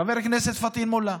חבר הכנסת פטין מולא,